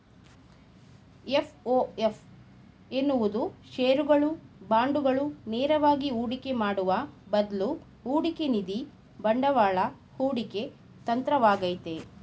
FOF ಎನ್ನುವುದು ಶೇರುಗಳು, ಬಾಂಡುಗಳು ನೇರವಾಗಿ ಹೂಡಿಕೆ ಮಾಡುವ ಬದ್ಲು ಹೂಡಿಕೆನಿಧಿ ಬಂಡವಾಳ ಹೂಡಿಕೆ ತಂತ್ರವಾಗೈತೆ